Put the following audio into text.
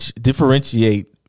differentiate